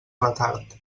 retard